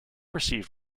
received